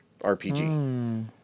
RPG